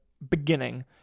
Beginning